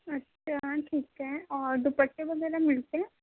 اچھا ٹھیک ہے اور ڈوپٹے وغیرہ ملتے ہیں